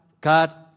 God